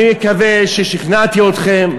אני מקווה ששכנעתי אתכם,